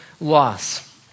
loss